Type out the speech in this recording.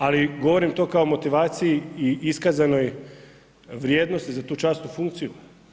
Ali govorim to kao motivaciji i iskazanoj vrijednosti za tu časnu funkciju.